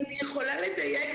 אנחנו מייצגים